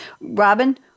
Robin